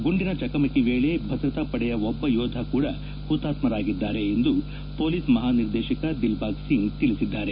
ಗುಂಡಿನ ಚಕಮಕಿ ವೇಳೆ ಭದ್ರತಾ ಪಡೆಯ ಓರ್ವ ಒಬ್ಬ ಯೋಧ ಕೂಡ ಹುತಾತ್ಮರಾಗಿದ್ದಾರೆ ಎಂದು ಪೊಲೀಸ್ ಮಹಾ ನಿರ್ದೇಶಕ ದಿಲ್ಬಾಗ್ ಸಿಂಗ್ ತಿಳಿಸಿದ್ದಾರೆ